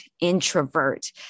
introvert